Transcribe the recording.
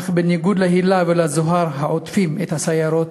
אך בניגוד להילה ולזוהר העוטפים את הסיירות